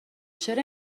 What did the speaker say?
چرا